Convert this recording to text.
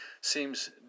seems